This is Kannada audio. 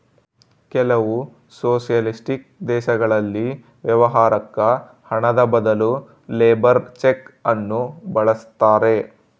ಕೆಲವು ಸೊಷಲಿಸ್ಟಿಕ್ ದೇಶಗಳಲ್ಲಿ ವ್ಯವಹಾರುಕ್ಕ ಹಣದ ಬದಲು ಲೇಬರ್ ಚೆಕ್ ನ್ನು ಬಳಸ್ತಾರೆ